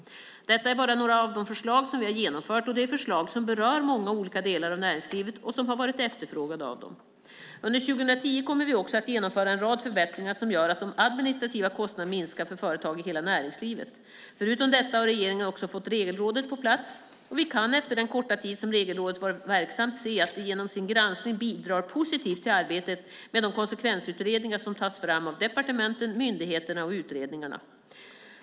Detta är bara några av de förslag som vi har genomfört. Det är förslag som berör många olika delar av näringslivet och som har varit efterfrågade av dem. Under 2010 kommer vi också att genomföra en rad förbättringar som gör att de administrativa kostnaderna minskar för företag i hela näringslivet. Förutom detta har regeringen också fått Regelrådet på plats. Vi kan efter den korta tid som Regelrådet varit verksamt se att det genom sin granskning bidrar positivt till arbetet med de konsekvensutredningar som tas fram av departementen, myndigheterna och utredningarna.